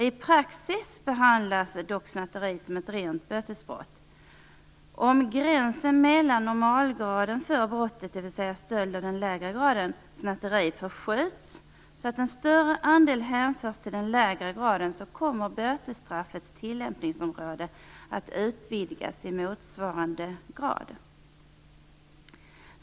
I praxis behandlas dock snatteri som ett rent bötesbrott. stöld av den lägre graden, och snatteri förskjuts så att en större andel hänförs till den lägre graden kommer bötesstraffets tillämpningsområde att utvidgas i motsvarande grad.